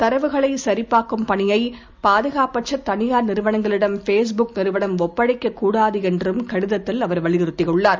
தரவுகளைசரிபார்க்கும்பணியைபாதுகாப்பற்றதனியார் நிறுவனங்களிடம்பேஸ்புக்நிறுவனம்ஒப்படைக்கக்கூடா து என்றும்கடிதத்தில்அவர்வலியுறுத்தியுள்ளார்